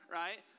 right